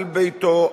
על ביתו,